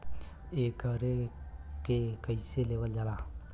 एकरके कईसे लेवल जाला?